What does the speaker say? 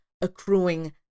accruing